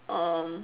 um